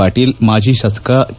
ಪಾಟೀಲ್ ಮಾಜಿ ಶಾಸಕ ಕೆ